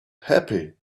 happy